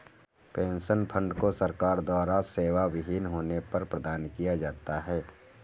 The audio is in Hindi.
पेन्शन फंड को सरकार द्वारा सेवाविहीन होने पर प्रदान किया जाता है